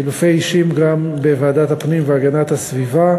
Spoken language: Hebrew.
חילופי אישים גם בוועדת הפנים והגנת הסביבה: